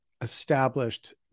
established